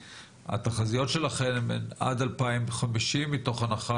התחזיות שלכם הן עד 2050 מתוך הנחה